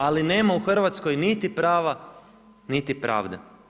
Ali, nema u Hrvatskoj niti prava niti pravde.